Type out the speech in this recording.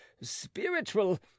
spiritual